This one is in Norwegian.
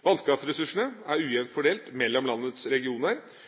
Vannkraftressursene er ujevnt fordelt mellom landets regioner